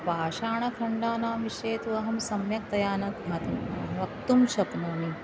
पाषाणखण्डानां विषये तु अहं सम्यक्तया न भाति वक्तुं शक्नोमि